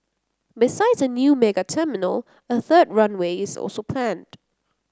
besides a new mega terminal a third runway is also planned